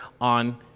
on